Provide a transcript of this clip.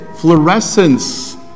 fluorescence